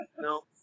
No